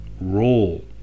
roll